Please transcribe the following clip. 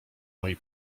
moi